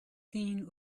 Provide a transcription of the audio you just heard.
seen